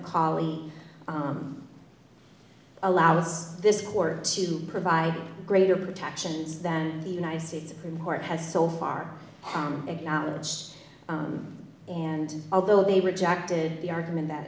colleague allows this court to provide greater protections than the united states supreme court has so far acknowledged and although they rejected the argument that